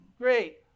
great